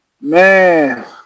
Man